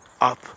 up